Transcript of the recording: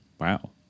Wow